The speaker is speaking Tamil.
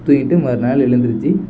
தூங்கிட்டு மறுநாள் எழுந்திருச்சி